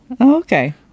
Okay